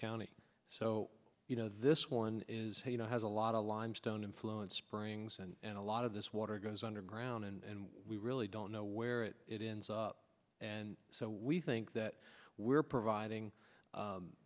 county so you know this one is you know has a lot of limestone influence springs and a lot of this water goes underground and we really don't know where it ends up and so we think that we're providing